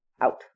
out